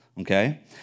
Okay